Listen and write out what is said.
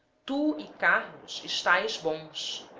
tu e carlos estaes bons,